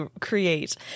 create